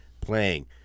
playing